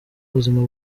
ubuzima